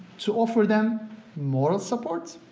to offer them moral support,